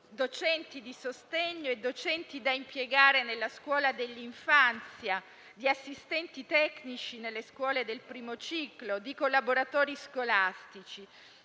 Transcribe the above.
docenti di sostegno e di docenti da impiegare nella scuola dell'infanzia, di assistenti tecnici nelle scuole del primo ciclo e di collaboratori scolastici.